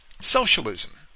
socialism